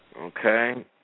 Okay